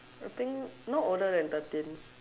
I think not older than thirteen